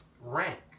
rank